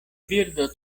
birdo